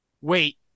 Wait